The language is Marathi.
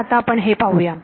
तर आता आपण हे पाहूया